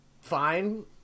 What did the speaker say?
fine